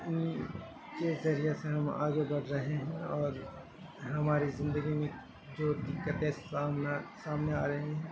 ان کے ذریعہ سے ہم آگے بڑھ رہے ہیں اور ہماری زندگی میں جو دقتیں سامنا سامنے آ رہی ہیں